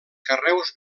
carreus